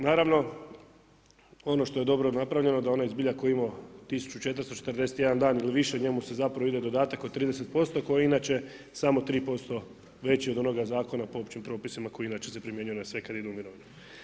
Naravno da ono što je dobro napravljeno da onaj zbilja koji je imao 1441 dan ili više njemu zapravo ide dodatak od 30% koji je inače samo 3% veći od onoga zakona po općim propisima koji inače se primjenjuju na sve kada idu u mirovinu.